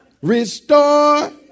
Restore